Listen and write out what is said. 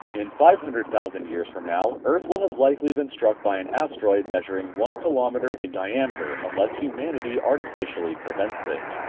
in five hundred thousand years from now earth will have likely been struck by an asteroid measuring one kilometer in diameter unless humanity artificially prevents it.